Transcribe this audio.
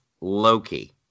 Loki